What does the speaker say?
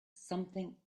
something